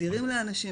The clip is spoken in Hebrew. אדירים לאנשים,